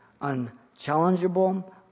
unchallengeable